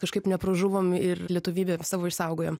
kažkaip nepražuvom ir lietuvybę savo išsaugojom